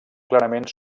clarament